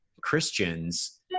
christians